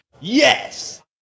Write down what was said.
Yes